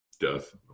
death